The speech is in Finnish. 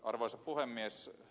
arvoisa puhemies